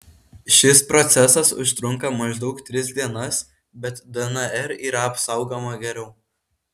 šis procesas užtrunka maždaug tris dienas bet dnr yra apsaugoma geriau